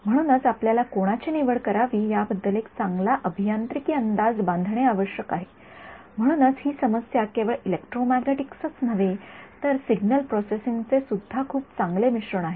म्हणूनच आपल्याला कोणाची निवड करावी याबद्दल एक चांगला अभियांत्रिकी अंदाज बांधणे आवश्यक आहे म्हणूनच ही समस्या केवळ इलेक्ट्रोमॅग्नेटिक्सच नव्हे तर सिग्नल प्रोसेसिंग चे सुद्धा खूप चांगले मिश्रण आहे